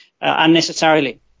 unnecessarily